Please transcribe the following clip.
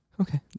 Okay